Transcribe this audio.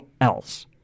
else